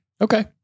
Okay